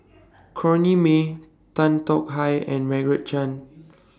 Corrinne May Tan Tong Hye and Margaret Chan